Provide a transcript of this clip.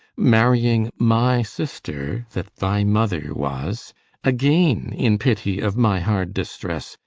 marrying my sister, that thy mother was againe, in pitty of my hard distresse,